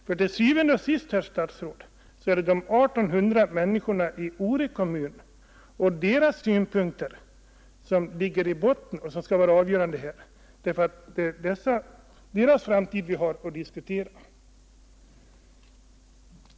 Til syvende og sidst, herr statsråd, är det de 1 800 människorna i Ore kommun och deras synpunkter som skall vara avgörande här. Det är deras framtid vi har att diskutera.